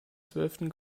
zwölften